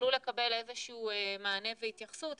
יוכלו לקבל איזה שהוא מענה והתייחסות.